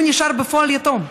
הוא נשאר בפועל יתום.